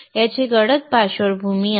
याची गडद पार्श्वभूमी आहे